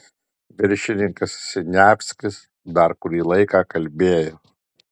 viršininkas siniavskis dar kurį laiką kalbėjo